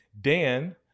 Dan